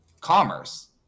commerce